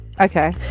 okay